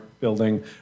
building